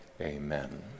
amen